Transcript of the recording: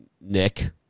Nick